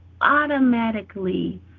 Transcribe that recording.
automatically